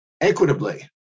equitably